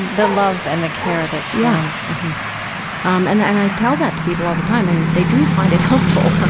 the love and the care that surrounds um and and i tell that to people all the time, and they do find it helpful.